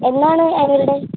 എന്നാണ് annual day